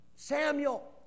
Samuel